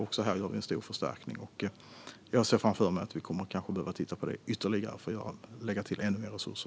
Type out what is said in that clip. Också här gör vi en stor förstärkning. Jag ser framför mig att vi kanske kommer att behöva titta ytterligare på detta och lägga till ännu mer resurser.